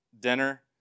dinner